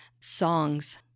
songs